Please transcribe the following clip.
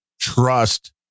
trust